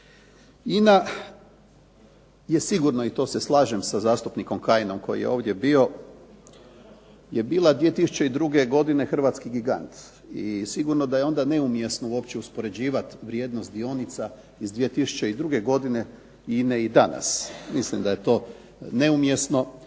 INA je sigurno i to se slažem sa zastupnikom Kajinom koji je ovdje bio je bila 2002. godine hrvatski gigant i sigurno da je onda neumjesno uopće uspoređivati vrijednost dionica iz 2002. godine INA-e i danas. Mislim da je to neumjesno